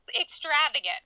extravagant